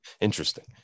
Interesting